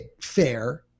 fair